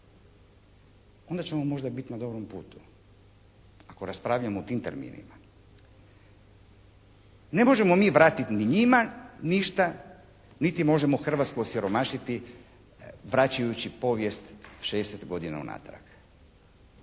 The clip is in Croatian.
Onda ćemo možda biti na dobrom putu ako raspravljamo o tim terminima. Ne možemo mi vratiti ni njima ništa niti možemo Hrvatsku osiromašiti vraćajući povijest 60 godina unatrag,